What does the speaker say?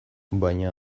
baina